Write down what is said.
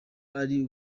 ari